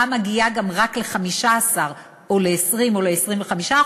מגיעה גם רק ל-15% או ל-20% או ל-25%.